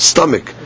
Stomach